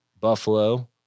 buffalo